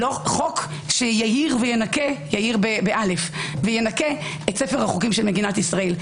חוק שיאיר וינקה את ספר החוקים של מדינת ישראל.